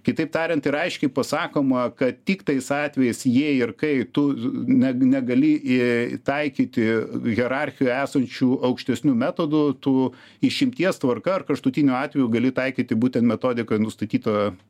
kitaip tariant yra aiškiai pasakoma kad tik tais atvejais jei ir kai tu neg negali į taikyti hierarchijoj esančių aukštesnių metodų tu išimties tvarka ar kraštutiniu atveju gali taikyti būtent metodikoj nustatytą